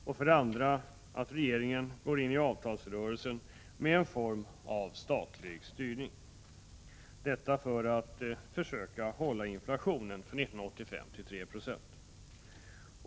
Den andra invändningen gäller att regeringen går in i avtalsrörelsen med en form av statlig styrning — detta för att försöka begränsa inflationen för 1985 till 3 90.